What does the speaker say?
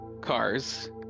cars